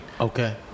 Okay